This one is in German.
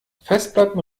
festplatten